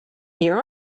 hear